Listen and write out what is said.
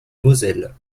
moselle